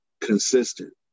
consistent